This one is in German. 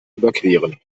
überqueren